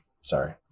sorry